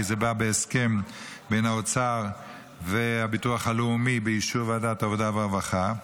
כי זה בא בהסכם בין האוצר והביטוח הלאומי באישור ועדת העבודה והרווחה,